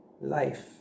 life